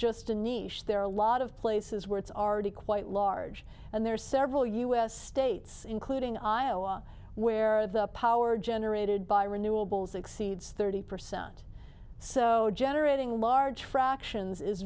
just a nice there are a lot of places where it's already quite large and there are several us states including iowa where the power generated by renewables exceeds thirty percent so generating large fractions is